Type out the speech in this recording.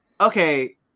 okay